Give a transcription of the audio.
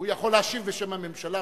הוא יכול להשיב בשם הממשלה,